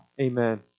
Amen